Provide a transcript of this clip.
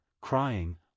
crying